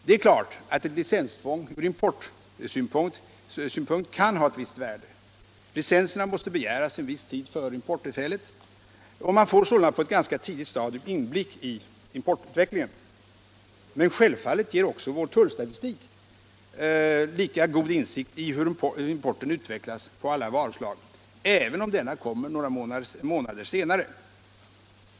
Det är klart att ett licenstvång från importsynpunkt kan ha ett visst värde. Licenserna måste begäras en viss tid före importtillfället, och man får sålunda på ett ganska tidigt stadium inblick i importutvecklingen. Men självfallet ger också vår tullstatistik lika god insikt i hur importen utvecklas för alla varuslag, även om denna statistik kommer några månader senare.